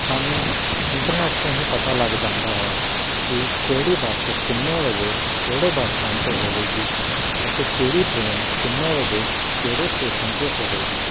ਸਾਨੂੰ ਇੰਟਰਨੈੱਟ ਤੋਂ ਹੀ ਪਤਾ ਲੱਗ ਜਾਂਦਾ ਹੈ ਕਿ ਕਿਹੜੀ ਬੱਸ ਕਿੰਨੇ ਵਜੇ ਕਿਹੜੇ ਬੱਸ ਸਟੈਂਡ 'ਤੇ ਹੋਵੇਗੀ ਅਤੇ ਕਿਹੜੀ ਟ੍ਰੇਨ ਕਿੰਨੇ ਵਜੇ ਕਿਹੜੇ ਸਟੇਸ਼ਨ 'ਤੇ ਹੋਵੇਗੀ